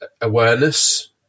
awareness